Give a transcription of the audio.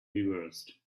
reversed